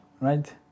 right